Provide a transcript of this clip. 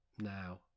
now